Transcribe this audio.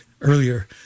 earlier